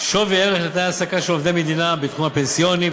שווי ערך לתנאי ההעסקה של עובדי מדינה בתחום הפנסיוני,